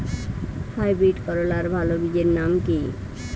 Hybrid করলার ভালো বীজের নাম কি?